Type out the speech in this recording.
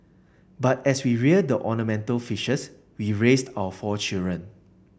but as we rear the ornamental fishes we raised our four children